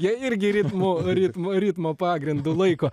jie irgi ritmu ritmu ritmo pagrindu laiko